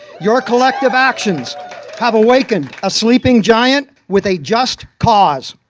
your collective actions have awakened a sleeping giant with a just cause.